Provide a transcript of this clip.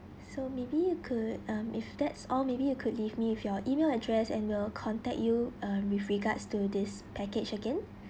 so maybe you could um if that's all maybe you could leave me with your email address and will contact you uh with regards to this package again